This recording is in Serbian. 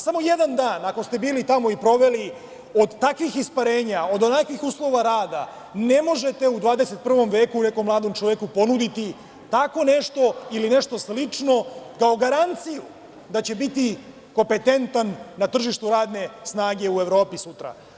Samo jedan dan ako ste bili tamo i proveli od takvih isparenja, od onakvih uslova rada, ne možete u 21. veku nekom mladom čoveku ponuditi tako nešto ili nešto slično, kao garanciju da će biti kompetentan na tržištu radne snage u Evropi sutra.